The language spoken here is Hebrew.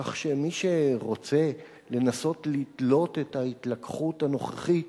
כך שמי שרוצה לנסות לתלות את ההתלקחות הנוכחית